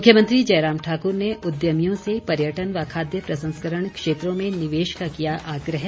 मुख्यमंत्री जयराम ठाक्र ने उद्यमियों से पर्यटन व खाद्य प्रसंस्करण क्षेत्रों में निवेश का किया आग्रह